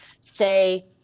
say